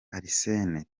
arsene